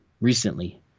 recently